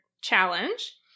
challenge